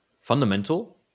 fundamental